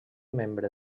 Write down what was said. membre